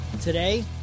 Today